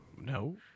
No